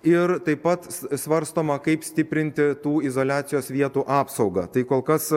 ir taip pat svarstoma kaip stiprinti tų izoliacijos vietų apsaugą tai kol kas